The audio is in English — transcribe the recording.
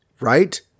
Right